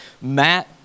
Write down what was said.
Matt